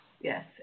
yes